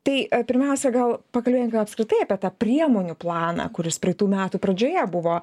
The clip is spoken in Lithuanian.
tai pirmiausia gal pagaliau jeigu apskritai apie tą priemonių planą kuris praeitų metų pradžioje buvo